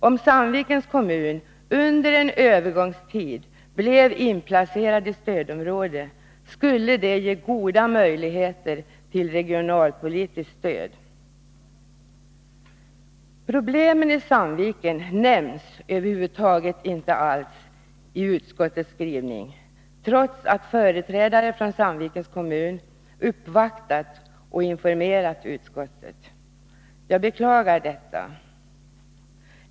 Om Sandvikens kommun under en övergångstid blev inplacerad i stödområde, skulle det ge goda möjligheter till regionalpolitiskt stöd. Problemen i Sandviken nämns över huvud taget inte i utskottets skrivning, trots att företrädare för Sandvikens kommun uppvaktat och informerat utskottet. Jag beklagar detta.